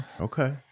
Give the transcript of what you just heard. okay